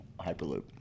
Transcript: Hyperloop